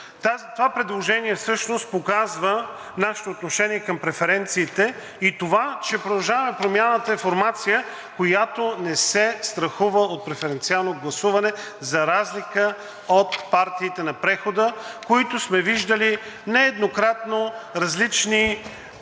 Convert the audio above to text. Това предложение всъщност показва нашето отношение към преференциите и това, че „Продължаваме Промяната“ е формация, която не се страхува от преференциално гласуване, за разлика от партиите на прехода, които сме виждали нееднократно в различни хипотези